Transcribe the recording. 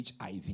HIV